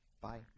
Bye